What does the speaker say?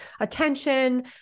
attention